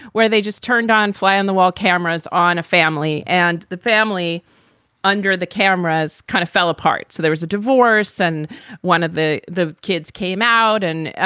where they just turned on fly on the wall, cameras on a family and the family under the cameras kind of fell apart. so was a divorce and one of the the kids came out and,